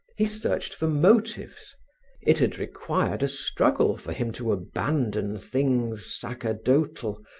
he searched for motives it had required a struggle for him to abandon things sacerdotal,